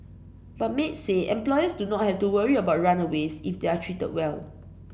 but maids say employers do not have to worry about runaways if they are treated well